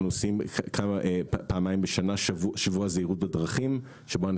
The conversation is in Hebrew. אנחנו עושים פעמיים בשנה שבוע זהירות בדרכים בו אנחנו